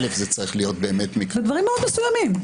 א' זה צריך להיות באמת --- בדברים מאוד מסוימים.